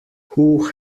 who